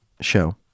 show